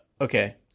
Okay